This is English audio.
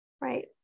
Right